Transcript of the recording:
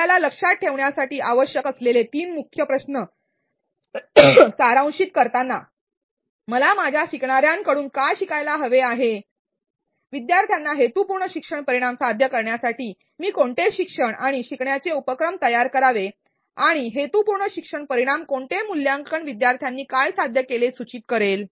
आपल्याला लक्षात ठेवण्यासाठी आवश्यक असलेले तीन मुख्य प्रश्न सारांशित करताना मला माझ्या शिकणार्यांकडून काय शिकायला हवे आहे विद्यार्थ्यांना हेतूपूर्ण शिक्षण परिणाम साध्य करण्यासाठी मी कोणते शिक्षण आणि शिकण्याचे उपक्रम तयार करावे आणि हेतूपूर्ण शिक्षण परिणाम कोणते मूल्यांकन विद्यार्थ्यांनी काय साध्य केले सूचित करेल